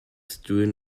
strewn